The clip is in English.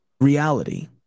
Reality